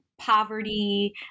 poverty